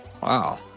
Wow